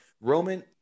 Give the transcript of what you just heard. Roman